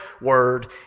word